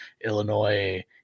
Illinois